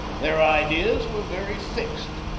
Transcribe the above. their ideas were very fixed.